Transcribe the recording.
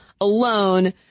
alone